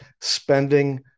spending